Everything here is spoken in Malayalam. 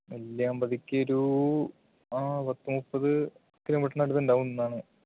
ആ നെല്ലിയാംപതിക്കൊരു ആ പത്ത് മുപ്പത് കിലോമീറ്ററിന് അടുത്ത് ഉണ്ടാകുന്നാണ്